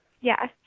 Yes